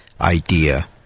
idea